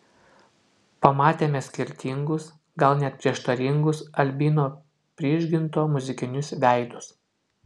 pamatėme skirtingus gal net prieštaringus albino prižginto muzikinius veidus